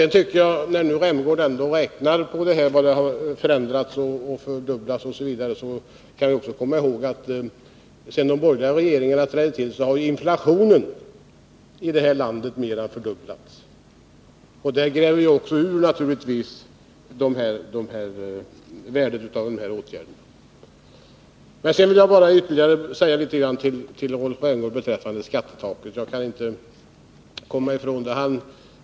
När Rolf Rämgård nu räknar på hur det här bidraget har fördubblats osv., kan han ju också komma ihåg att sedan de borgerliga regeringarna trädde till har inflationen här i landet mer än fördubblats. Det gräver naturligtvis också ur värdet av åtgärderna. Jag vill bara säga ytterligare en sak till Rolf Rämgård beträffande miska frågor skattetaket; jag kan inte komma ifrån det.